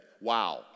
Wow